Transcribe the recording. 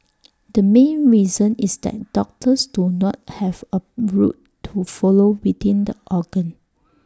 the main reason is that doctors do not have A route to follow within the organ